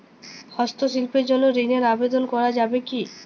হস্তশিল্পের জন্য ঋনের আবেদন করা যাবে কি?